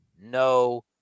no